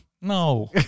No